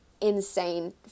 insane